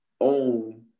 own